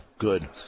good